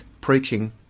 preaching